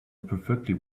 perfectly